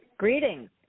Greetings